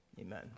Amen